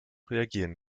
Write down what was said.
reagieren